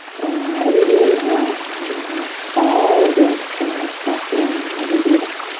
the rise of the inhale and then the fall of the exhale, softening as you breathe out.